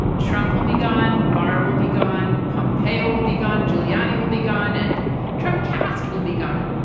trump will be gone. barr will be gone. pompeo will be gone. giuliani will be gone and trump cast will be gone.